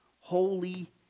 Holy